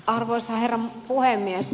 arvoisa herra puhemies